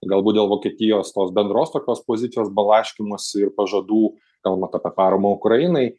galbūt dėl vokietijos tos bendros tokios pozicijos blaškymosi ir pažadų kalbant apie paramą ukrainai